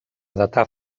datar